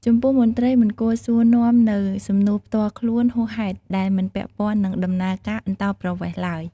ចំពោះមន្ត្រីមិនគួរសួរនាំនូវសំណួរផ្ទាល់ខ្លួនហួសហេតុដែលមិនពាក់ព័ន្ធនឹងដំណើរការអន្តោប្រវេសន៍ឡើយ។